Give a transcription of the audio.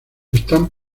están